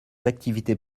activités